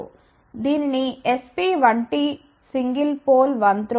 దీనిని SP1T single pole 1 throw